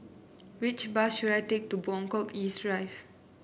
which bus should I take to Buangkok East Drive